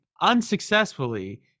unsuccessfully